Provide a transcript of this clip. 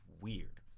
weird